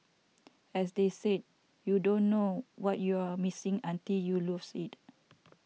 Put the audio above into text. as they say you don't know what you're missing until you lose it